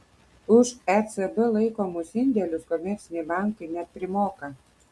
už ecb laikomus indėlius komerciniai bankai net primoka